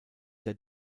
der